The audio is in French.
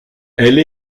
elle